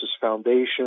Foundation